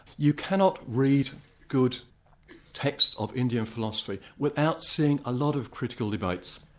you cannot read good texts of indian philosophy without seeing a lot of critical debates.